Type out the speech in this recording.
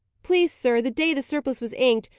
please, sir, the day the surplice was inked,